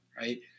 right